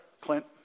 Clint